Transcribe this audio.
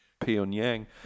Pyongyang